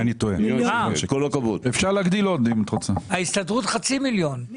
מועצת החלב השתתפה בעניין הזה?